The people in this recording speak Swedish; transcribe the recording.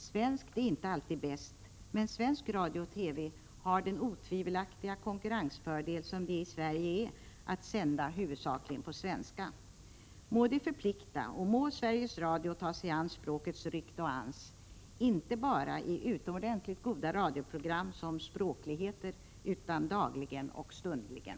Svenskt är inte alltid bäst, men svensk radio och TV har den otvivelaktiga konkurrensfördel som det i Sverige är att sända huvudsakligen på svenska. Må det förplikta och må Sveriges Radio ta sig an språkets ”rykt och ans”, inte bara i utomordentligt goda radioprogram som ”Språkligheter”, utan dagligen och stundligen.